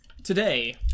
Today